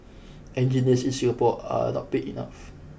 engineers in Singapore are not paid enough